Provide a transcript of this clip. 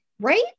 Right